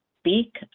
speak